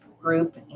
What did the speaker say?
group